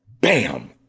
bam